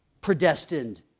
predestined